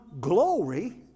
glory